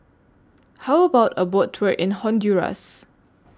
How about A Boat Tour in Honduras